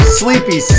sleepy